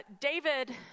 David